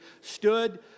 stood